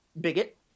bigot